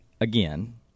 Again